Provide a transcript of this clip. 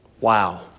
Wow